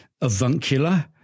avuncular